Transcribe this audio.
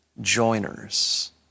joiners